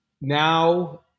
Now